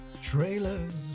trailers